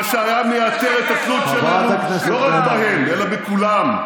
מה שהיה מייתר את התלות שלנו, לא בהם אלא בכולם.